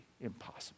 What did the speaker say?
impossible